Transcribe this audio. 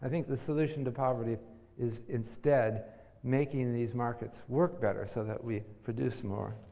think the solution to poverty is instead making these markets work better, so that we produce more.